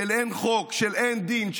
של אין חוק, של אין דין,